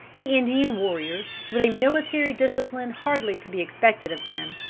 the indian warriors, with a military discipline hardly to be expected of them,